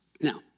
Now